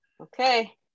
Okay